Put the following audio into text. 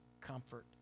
comfort